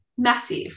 Massive